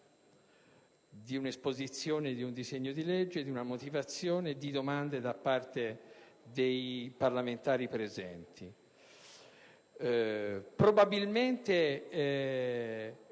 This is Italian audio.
dell'esposizione di un disegno di legge, di una motivazione e di domande da parte dei parlamentari presenti. Probabilmente,